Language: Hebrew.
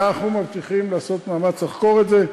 אנחנו מבטיחים לעשות מאמץ לחקור את זה.